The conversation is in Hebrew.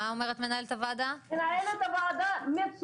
היא מצוינת.